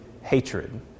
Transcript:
hatred